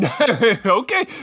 okay